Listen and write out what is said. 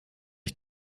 ich